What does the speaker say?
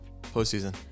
postseason